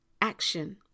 action